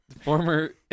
Former